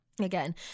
again